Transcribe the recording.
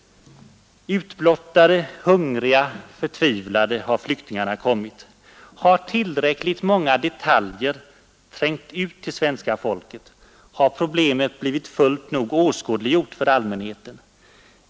Utblottade, hungriga, förtvivlade har flyktingarna kommit. Har till räckligt många detaljer trängt ut till svenska folket, har problemet blivit fullt nog åskådliggjort för allmänheten?